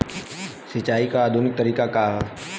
सिंचाई क आधुनिक तरीका का ह?